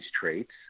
traits